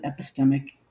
epistemic